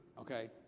Okay